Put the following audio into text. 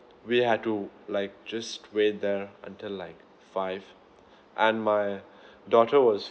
we had to like just wait there until like five and my daughter was